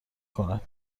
کند